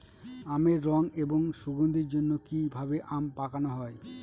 আমের রং এবং সুগন্ধির জন্য কি ভাবে আম পাকানো হয়?